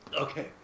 Okay